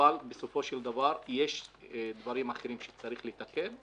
אבל בסופו של דבר יש דברים אחרים שצריך לתקן.